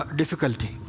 difficulty